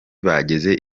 bageze